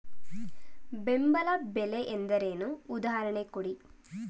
ಬೆಂಬಲ ಬೆಲೆ ಎಂದರೇನು, ಉದಾಹರಣೆ ಕೊಡಿ?